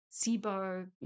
SIBO